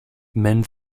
mend